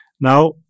Now